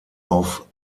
auf